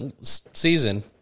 season